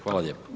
Hvala lijepo.